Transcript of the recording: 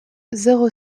zéro